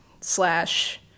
slash